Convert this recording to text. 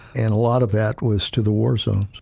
and a lot of that was to the war zones.